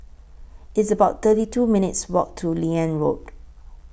It's about thirty two minutes' Walk to Liane Road